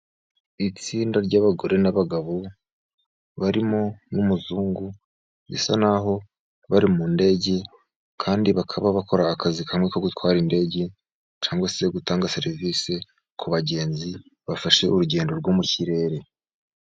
Itsinda ry'abagore n'abagabo barimo n'umuzungu, bisa naho bari mu ndege kandi bakaba bakora akazi kamwe ko gutwara indege cyangwa se gutanga serivisi ku bagenzi bafashe urugendo rwo mu kirere.